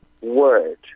word